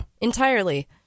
entirely